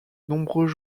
nombreux